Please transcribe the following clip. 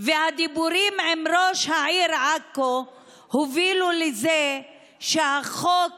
והדיבורים עם ראש העיר עכו הובילו לזה שהחוק